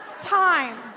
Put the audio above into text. time